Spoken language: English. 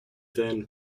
then